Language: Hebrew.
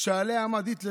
שעליה עמד היטלר,